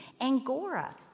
Angora